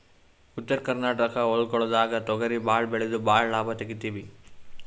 ಉತ್ತರ ಕರ್ನಾಟಕ ಹೊಲ್ಗೊಳ್ದಾಗ್ ತೊಗರಿ ಭಾಳ್ ಬೆಳೆದು ಭಾಳ್ ಲಾಭ ತೆಗಿತೀವಿ